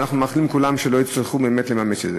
ואנחנו מאחלים לכולם שלא יצטרכו לממש את זה.